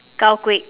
cow quick